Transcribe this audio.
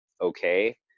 okay